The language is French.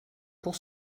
pour